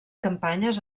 campanyes